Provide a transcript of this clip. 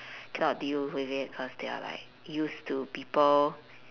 cannot deal with it they're like used to people